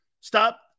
stop